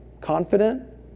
Confident